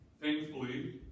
Thankfully